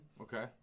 Okay